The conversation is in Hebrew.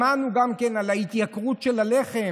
שמענו גם כן על ההתייקרות של הלחם,